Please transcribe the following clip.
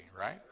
right